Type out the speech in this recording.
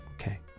Okay